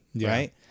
right